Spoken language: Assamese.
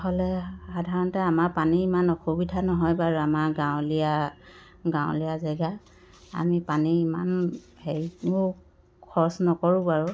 হ'লে সাধাৰণতে আমাৰ পানী ইমান অসুবিধা নহয় বাৰু আমাৰ গাঁৱলীয়া গাঁৱলীয়া জেগা আমি পানী ইমান হেৰিবও খৰচ নকৰোঁ বাৰু